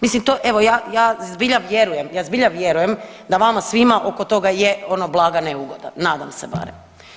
Mislim to, evo ja, ja zbilja vjerujem, ja zbilja vjerujem da vama svima oko toga je ono blaga neugoda, nadam se barem.